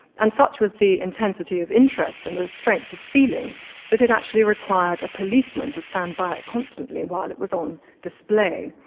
and such was the intensity of interest in the strength of feeling that it actually required a policeman to stand by it constantly while it was on display.